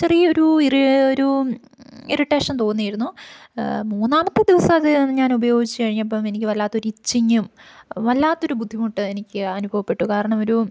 ചെറിയ ഒരു ഇറി ഒരു ഇറിറ്റേഷൻ തോന്നിയിരുന്നു മൂന്നാമത്തെ ദിവസം അത് ഞാൻ ഉപയോഗിച്ച് കഴിഞ്ഞപ്പം എനിക്ക് വല്ലാത്തൊരു ഇച്ചിങും വല്ലാത്തൊരു ബുദ്ധിമുട്ട് എനിക്ക് അനുഭവപ്പെട്ടു കാരണം ഒരു